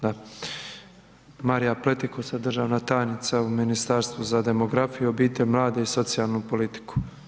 Da, Marija Pletikosa, državna tajnica u Ministarstvu za demografiju, obitelj, mlade i socijalnu politiku.